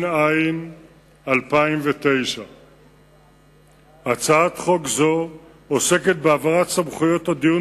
התש"ע 2009. הצעת חוק זו עוסקת בהעברת סמכויות הדיון